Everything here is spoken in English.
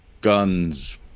guns